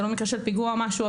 זה לא מקרה של פיגוע או משהו,